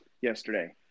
yesterday